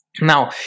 now